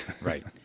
Right